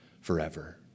forever